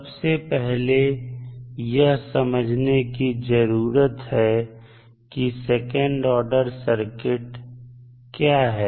सबसे पहले यह समझने की जरूरत है कि सेकंड ऑर्डर सर्किट क्या है